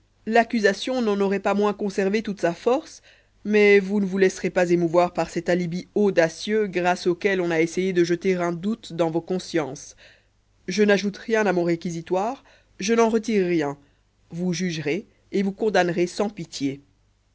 l'accusation n'en aurait pas moins conservé toute sa force mais vous ne vous laisserez pas émouvoir par cet alibi audacieux grâce auquel on a essayé de jeter un doute dans vos consciences je n'ajoute rien à mon réquisitoire je n'en retire rien vous jugerez et vous condamnerez sans pitié